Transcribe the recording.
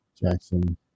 Jackson